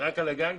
רק על הגג?